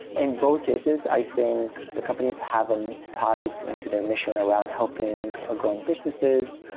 in both cases, i think the companies have um ties into their mission around helping ah growing businesses.